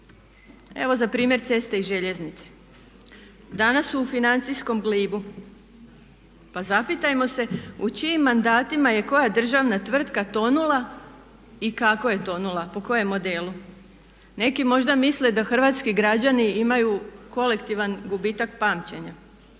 Evo za primjer ceste i željeznice. Danas su u financijskom glibu. Pa zapitajmo se u čijim mandatima je koja državna tvrtka tonula i kako je tonula, po kojem modelu? Neki možda misle da hrvatski građani imaju kolektivan gubitak pamćenja,